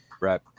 Right